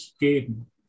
geben